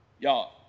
Y'all